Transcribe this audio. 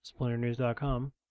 SplinterNews.com